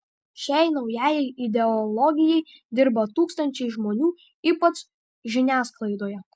šiai naujajai ideologijai dirba tūkstančiai žmonių ypač žiniasklaidoje